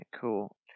cool